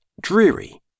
dreary